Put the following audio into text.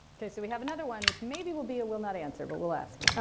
ok, so we have another one, which maybe will be a will not answer. but we'll ask.